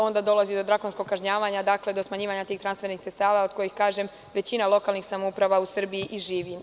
Onda dolazi do drakonskog kažnjavanja, do smanjivanja tih transfernih sredstava od kojih, kažem, većina lokalnih samouprava u Srbiji i živi.